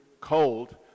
cold